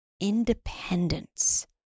independence